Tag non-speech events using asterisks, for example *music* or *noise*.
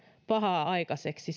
pahaa aikaiseksi *unintelligible*